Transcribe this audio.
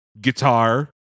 guitar